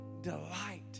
delight